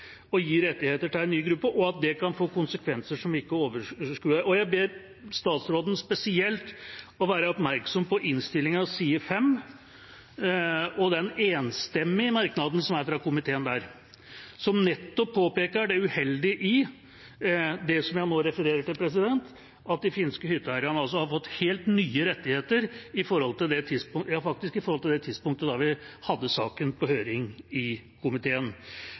å gi rettigheter til en ny gruppe, og at det kan få konsekvenser som vi ikke overskuer. Jeg ber statsråden være spesielt oppmerksom på innstillingens side 5 og den enstemmige merknaden som er fra komiteen der, som nettopp påpeker det uheldige i det som jeg nå refererer til, at de finske hytteeierne altså har fått helt nye rettigheter i forhold til det tidspunktet da vi hadde saken på høring i komiteen.